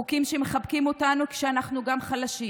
חוקים שמחבקים אותנו כשאנחנו גם חלשים,